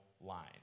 line